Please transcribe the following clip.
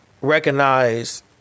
recognize